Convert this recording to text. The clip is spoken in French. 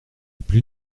plus